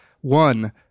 one